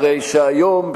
הרי שהיום,